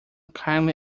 kindly